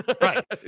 Right